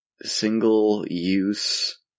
Single-use